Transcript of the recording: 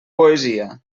poesia